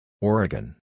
Oregon